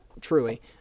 truly